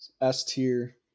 S-tier